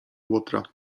łotra